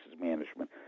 management